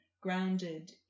grounded